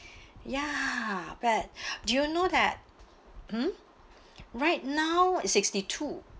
ya but do you know that hmm right now sixty-two